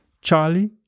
Charlie